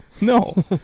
No